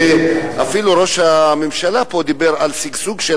אפילו ראש הממשלה דיבר פה על שגשוג של